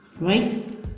right